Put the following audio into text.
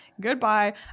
Goodbye